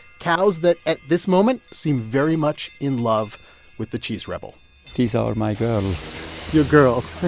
cows that, at this moment, seem very much in love with the cheese rebel these ah are my girls your girls